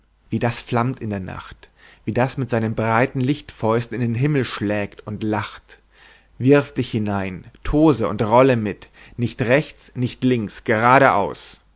wie das flammt in der nacht wie das mit seinen breiten lichtfäusten in den himmel schlägt und lacht wirf dich hinein tose und rolle mit nicht rechts nicht links geradeaus